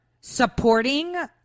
supporting